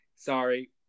Sorry